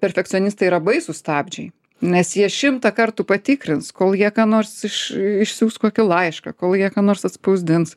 perfekcionistai yra baisūs stabdžiai nes jie šimtą kartų patikrins kol jie ką nors iš išsiųs kokį laišką kol jie ką nors atspausdins